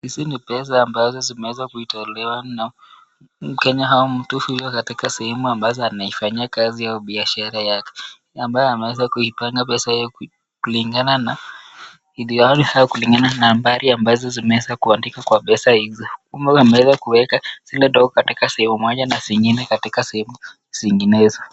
Hizi ni pesa ambazo zimeweza kutolewa na mkenya au mtu huyu katika sehemu ambazo anaifanyia kazi au biashara yake, ambayo ameweza kuipanga pesa hiyo kulingana na nambari ambazo zimeweza kuandikwa kwa pesa hizo, ameweza kuweka zile ndogo katika sehemu moja na zingine katika sehemu zinginezo.